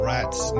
Rats